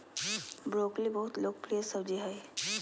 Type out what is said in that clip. broccoli बहुत लोकप्रिय सब्जी हइ